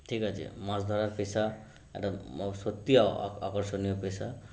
ঠিক আছে মাছ ধরার পেশা একটা সত্যি আকর্ষণীয় পেশা